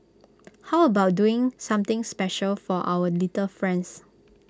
how about doing something special for our little friends